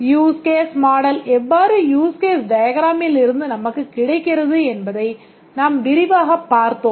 UseCase model எவ்வாறு Use Case diagram மில் இருந்து நமக்கு கிடைக்கிறது என்பதை நாம் விரிவாகப் பார்த்தோம்